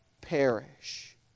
perish